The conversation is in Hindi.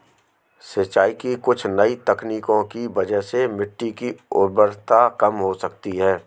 सिंचाई की कुछ नई तकनीकों की वजह से मिट्टी की उर्वरता कम हो सकती है